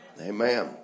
Amen